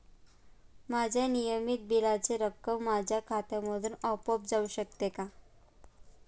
माझ्या नियमित बिलाची रक्कम माझ्या खात्यामधून आपोआप जाऊ शकते का?